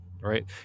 right